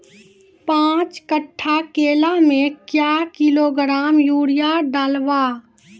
पाँच कट्ठा केला मे क्या किलोग्राम यूरिया डलवा?